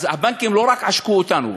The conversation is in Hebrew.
אז הבנקים לא רק עשקו אותנו,